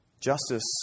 Justice